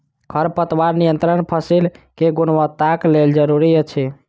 खरपतवार नियंत्रण फसील के गुणवत्ताक लेल जरूरी अछि